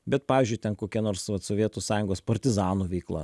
bet pavyzdžiui ten kokia nors vat sovietų sąjungos partizanų veikla